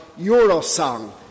Eurosong